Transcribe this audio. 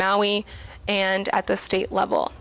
maui and at the state level